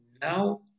now